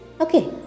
Okay